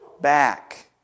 back